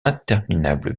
interminable